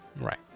Right